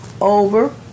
over